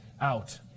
out